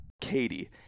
Katie